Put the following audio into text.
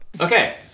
Okay